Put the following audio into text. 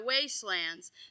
wastelands